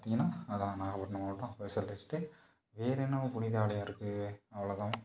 பார்த்திங்கனா அதான் நாகபட்னம் மாவட்டம் வேற என்ன புனித ஆலயம் இருக்கு அவ்வளோ தான்